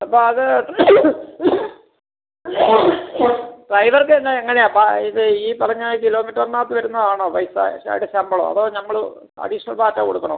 അപ്പം അത് ഡ്രൈവർക്ക് എല്ലാം എങ്ങനെയാണ് പ ഇത് ഈ പറഞ്ഞ കിലോമീറ്ററിനകത്ത് വരുന്നതാണോ പൈസ അയാളുടെ ശമ്പളം അതോ നമ്മൾ അഡീഷണൽ ബാറ്റ കൊടുക്കണോ